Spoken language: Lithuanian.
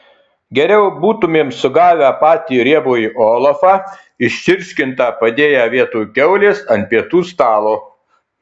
geriau būtumėm sugavę patį riebųjį olafą iščirškintą padėję vietoj kiaulės ant pietų stalo